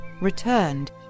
returned